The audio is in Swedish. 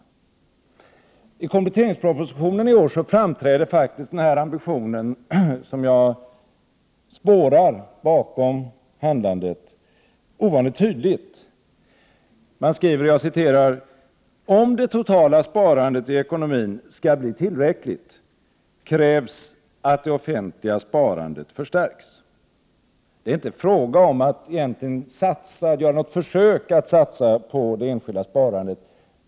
I årets kompletteringsproposition framträder den ambition som jag spårar bakom handlandet ovanligt tydligt. Man skriver: ”Om det totala sparandet i ekonomin skall bli tillräckligt krävs att det offentliga sparandet förstärks.” Det är inte fråga om att egentligen göra något försök att satsa på det enskilda sparandet.